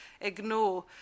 ignore